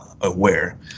aware